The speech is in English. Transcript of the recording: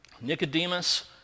Nicodemus